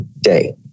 day